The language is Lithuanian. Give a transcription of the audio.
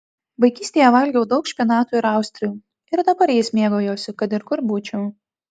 vaikystėje valgiau daug špinatų ir austrių ir dabar jais mėgaujuosi kad ir kur būčiau